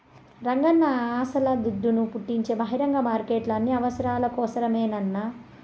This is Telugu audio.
రంగన్నా అస్సల దుడ్డును పుట్టించే బహిరంగ మార్కెట్లు అన్ని అవసరాల కోసరమేనన్నా